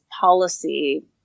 policy